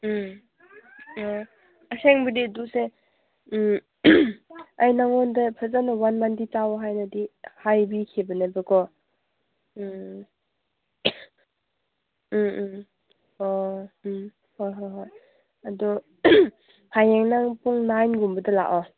ꯎꯝ ꯑꯥ ꯑꯁꯦꯡꯕꯗꯤ ꯑꯗꯨꯁꯦ ꯑꯩ ꯅꯉꯣꯟꯗ ꯐꯖꯅ ꯋꯥꯟ ꯃꯟꯗꯤ ꯆꯥꯎ ꯍꯥꯏꯅꯗꯤ ꯍꯥꯏꯕꯤꯈꯤꯕꯅꯦꯕꯀꯣ ꯎꯝ ꯎꯝ ꯎꯝ ꯑꯣ ꯎꯝ ꯍꯣꯏ ꯍꯣꯏ ꯍꯣꯏ ꯑꯗꯣ ꯍꯌꯦꯡ ꯅꯪ ꯄꯨꯡ ꯅꯥꯏꯟꯒꯨꯝꯕꯗ ꯂꯥꯛꯑꯣ